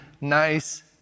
nice